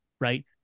right